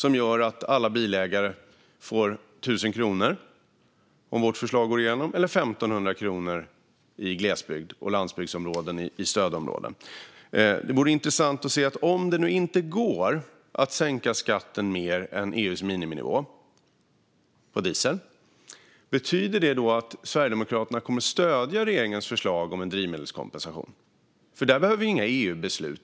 Om vårt förslag går igenom får alla bilägare 1 000 kronor, eller 1 500 kronor i glesbygd och landsbygdsområden i stödområden. Om det nu inte går att sänka skatten på diesel mer än till EU:s miniminivå, betyder det då att Sverigedemokraterna kommer att stödja regeringens förslag om en drivmedelskompensation? Där behöver vi inga EU-beslut.